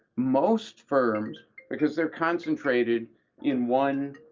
most firms because they're concentrated in one